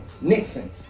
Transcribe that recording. Nixon